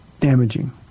damaging